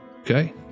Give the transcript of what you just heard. Okay